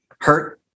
hurt